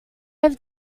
have